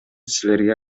силерге